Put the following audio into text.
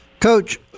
Coach